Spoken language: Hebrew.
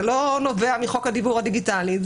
זה לא נובע מחוק הדיוור הדיגיטלי.